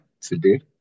today